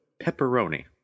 Pepperoni